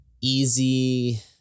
easy